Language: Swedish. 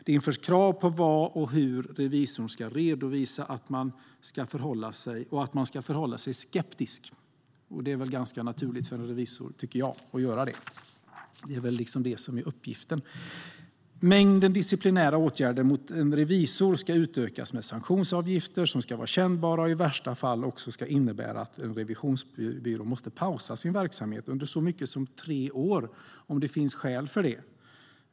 Det införs också krav på vad och hur revisorn ska redovisa och att man ska förhålla sig skeptisk. Det är väl ganska naturligt för en revisor att göra det, tycker jag - det är väl liksom det som är uppgiften. Mängden disciplinära åtgärder mot en revisor ska utökas med sanktionsavgifter. De ska vara kännbara och i värsta fall innebära att en revisionsbyrå måste pausa sin verksamhet under så mycket som tre år, om det finns skäl för det.